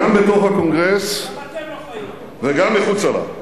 גם בתוך הקונגרס וגם מחוצה לו,